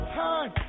time